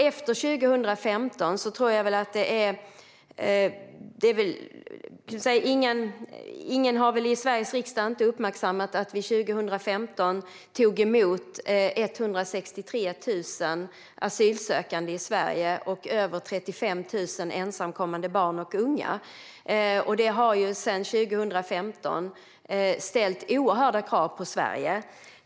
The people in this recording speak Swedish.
Efter 2015 tror jag inte att någon i Sveriges riksdag inte har uppmärksammat att vi då tog emot 163 000 asylsökande i Sverige och över 35 000 ensamkommande barn och unga. Det har sedan 2015 ställt oerhört stora krav på Sverige.